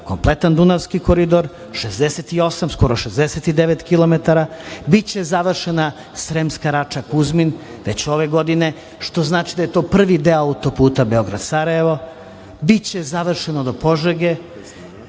kompletan Dunavski koridor 68, skoro kilometara 69 kilometara. Biće završena Sremska Rača – Kuzmin, već ove godine, što znači da je to prvi deo autoputa Beograd – Sarajevo. Biće završeno do Požege.